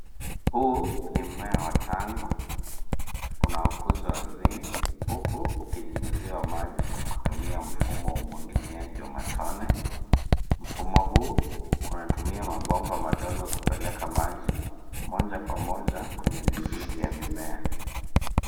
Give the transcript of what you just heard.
Huu ni mmea wa tango unaokuzwa ardhini huku ukinyinyuziwa maji kwa kutumia mfumo wa umwagiliaji wa matone. Mfumo huu unatumia mabomba madogo kupeleka maji moja kwa moja kwenye mizizi ya mimea.